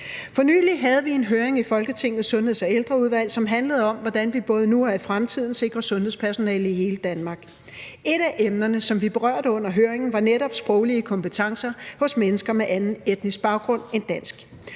For nylig havde vi en høring i Folketingets Sundheds- og Ældreudvalg, som handlede om, hvordan vi både nu og i fremtiden sikrer sundhedspersonalet i hele Danmark. Et af emnerne, som vi berørte under høringen, var netop sproglige kompetencer hos mennesker med anden etnisk baggrund end dansk,